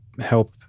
help